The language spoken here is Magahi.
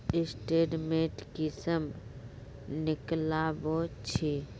स्टेटमेंट कुंसम निकलाबो छी?